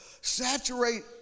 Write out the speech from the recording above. Saturate